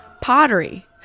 pottery